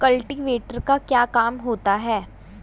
Cultivator का क्या काम होता है?